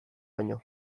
baino